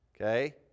Okay